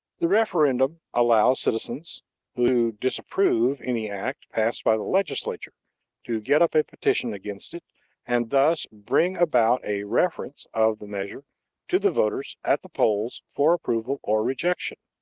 the referendum allows citizens who disapprove any act passed by the legislature to get up a petition against it and thus bring about a reference of the measure to the voters at the polls for approval or rejection.